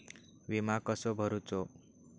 विमा कसो भरूचो?